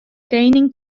kening